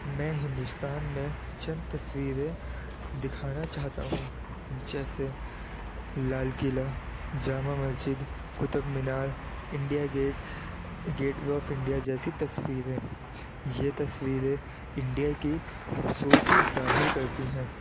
میں ہندوستان میں چند تصویریں دکھانا چاہتا ہوں جیسے Lal Qila Jama Masjid Qutub Minar India gate gateway of India جیسی تصویریں یہ تصویریں انڈیا کی خوبصورتی ظاہر کرتی ہیں